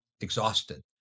exhausted